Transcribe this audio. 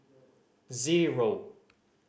zero